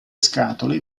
scatole